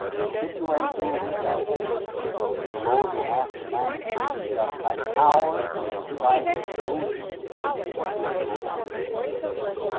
and the situation will will be such that the lord will have to manifest himself by power, and it will be like moses leading israel out of egypt.